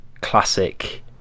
classic